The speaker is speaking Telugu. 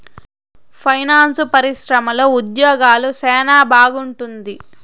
పైనాన్సు పరిశ్రమలో ఉద్యోగాలు సెనా బాగుంటుంది